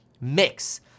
mix